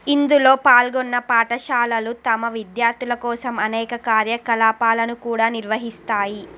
ఇందులో పాల్గొన్న పాఠశాలలు తమ విద్యార్థుల కోసం అనేక కార్యకలాపాలను కూడా నిర్వహిస్తాయి